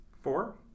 Four